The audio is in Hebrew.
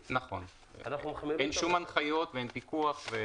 נכון, אין שום הנחיות, אין פיקוח.